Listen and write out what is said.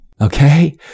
okay